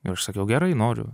ir aš sakiau gerai noriu